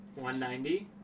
190